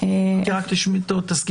רוצה לחזק